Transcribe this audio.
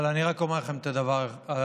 אבל אני רק אומר לכם את הדבר הבא: